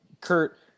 Kurt